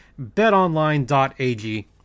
BetOnline.ag